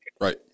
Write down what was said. Right